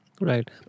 Right